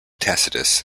tacitus